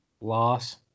Loss